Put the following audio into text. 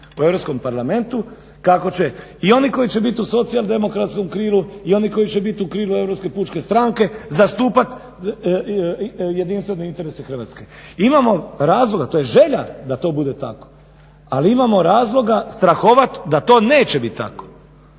u Europskom parlamentu kako će i oni koji će biti u socijaldemokratskom krilu i oni koji će biti u krilu europske pučke stranke zastupati jedinstvene interese Hrvatske. Imamo razloga, to je želja da to bude tako. Ali imamo razloga strahovat da to neće biti tako.